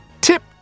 tip